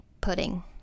pudding